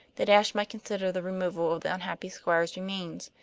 that ashe might consider the removal of the unhappy squire's remains.